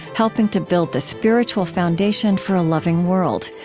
helping to build the spiritual foundation for a loving world.